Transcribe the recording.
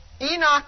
Enoch